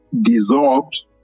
dissolved